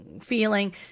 feeling